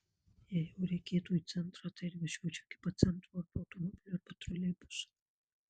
jei jau reikėtų į centrą tai ir važiuočiau iki pat centro arba automobiliu arba troleibusu